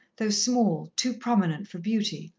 though small, too prominent for beauty.